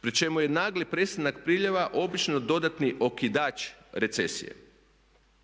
pri čemu je nagli prestanak priljeva obično dodatni okidač recesije.